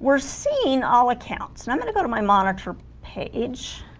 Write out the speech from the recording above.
we're seeing all accounts and i'm gonna go to my monitor page